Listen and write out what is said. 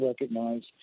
recognized